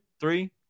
three